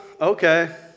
okay